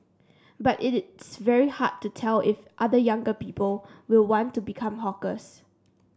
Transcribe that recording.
but it is very hard to tell if other younger people will want to become hawkers